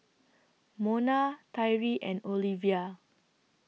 Mona Tyree and Oliva